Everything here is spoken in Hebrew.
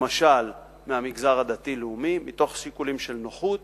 למשל מהמגזר הדתי-לאומי, מתוך שיקולים של נוחות,